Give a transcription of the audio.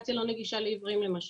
האפליקציה לא נגישה לעיוורים למשל,